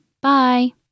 Bye